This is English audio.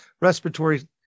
respiratory